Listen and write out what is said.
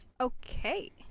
okay